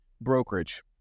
brokerage